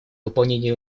выполнении